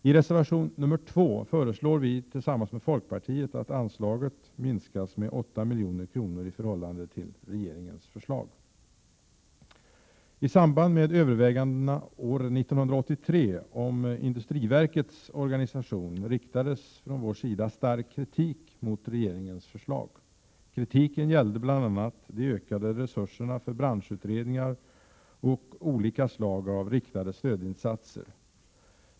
I reservation nr 2 föreslår vi tillsammans med folkpartiet att anslaget minskas med 8 milj.kr. i förhållande till regeringens förslag. I samband med övervägandena år 1983 om industriverkets organisation riktades från moderata samlingspartiets sida stark kritik mot regeringens förslag. Kritiken gällde bl.a. de ökade resurserna för branschutredningar och olika slag av riktade stödinsatser.